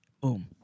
boom